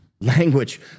Language